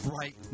right